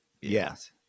Yes